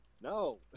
No